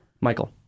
Michael